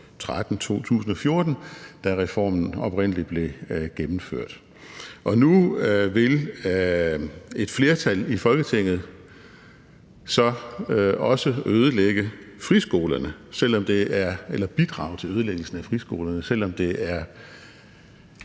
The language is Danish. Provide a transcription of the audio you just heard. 2013-2014, da reformen oprindelig blev gennemført. Nu vil et flertal i Folketinget så også bidrage til ødelæggelsen af friskolerne, selv om det er